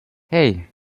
hei